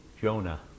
Jonah